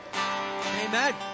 Amen